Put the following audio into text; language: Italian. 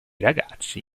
ragazzi